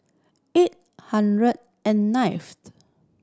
eight hundred and ninth